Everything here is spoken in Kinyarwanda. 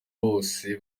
bose